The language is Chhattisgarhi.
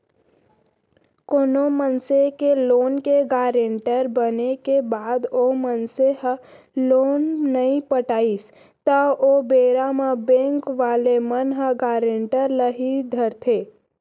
कोनो मनसे के लोन के गारेंटर बने के बाद ओ मनसे ह लोन नइ पटाइस त ओ बेरा म बेंक वाले मन ह गारेंटर ल ही धरथे